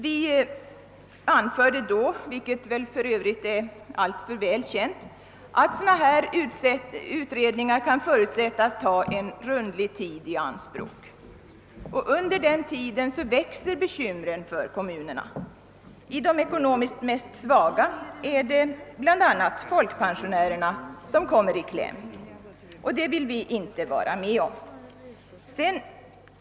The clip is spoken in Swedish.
Vi anförde då — vilket för övrigt är alltför väl känt — att sådana utredningar kan förutsättas ta en rundlig tid i anspråk. Under tiden växer bekymren för kommunerna. I de ekonomiskt mest svaga kommunerna är det bl.a. folkpen sionärerna som kommer i kläm. Det vill vi inte vara med om.